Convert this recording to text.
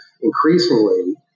increasingly